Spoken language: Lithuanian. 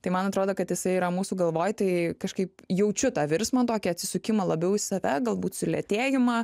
tai man atrodo kad jisai yra mūsų galvoj tai kažkaip jaučiu tą virsmą tokį atsisukimą labiau save galbūt sulėtėjimą